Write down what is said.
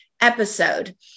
episode